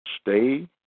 Stay